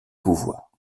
pouvoir